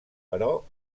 però